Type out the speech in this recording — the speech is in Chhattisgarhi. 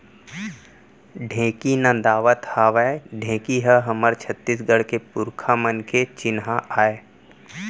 ढेंकी नदावत हावय ढेंकी ह हमर छत्तीसगढ़ के पुरखा मन के चिन्हा आय